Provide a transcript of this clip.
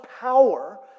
power